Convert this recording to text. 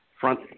Front